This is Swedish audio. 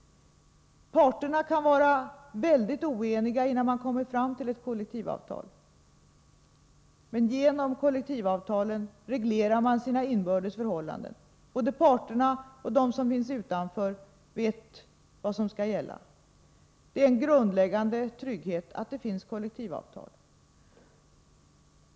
Parterna kan vara väldigt oeniga innan de kommer fram till ett kollektivavtal, men genom detta reglerar de sina inbördes förhållanden. Både parterna och de som finns utanför vet vad som skall gälla. Det är en grundläggande trygghet att det finns kollektivavtal.